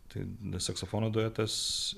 tai saksofono duetas